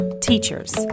teachers